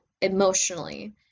emotionally